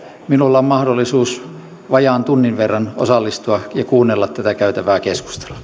minulla on mahdollisuus vajaan tunnin verran osallistua ja kuunnella tätä käytävää keskustelua